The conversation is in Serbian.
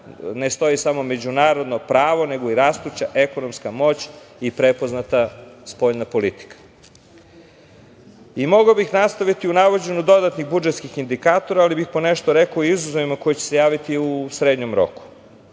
ne stoji samo međunarodno pravo, nego i rastuća ekonomska moć i prepoznata spoljna politika. Mogao bih nastaviti u navođenju dodatnih budžetskih indikatora, ali bih po nešto rekao o izazovima koji će se javiti u srednjem roku.